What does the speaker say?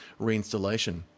reinstallation